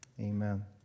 amen